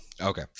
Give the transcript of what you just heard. Okay